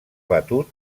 batut